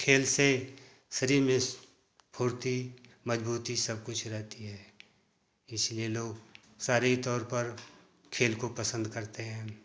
खेल से शरीर में फुर्ती मजबूती सब कुछ रहती है इसलिए लोग शारीरिक तौर पर खेल को पसंद करते हैं